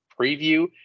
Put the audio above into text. preview